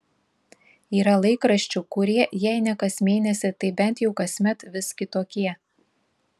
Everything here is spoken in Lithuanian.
yra laikraščių kurie jei ne kas mėnesį tai bent jau kasmet vis kitokie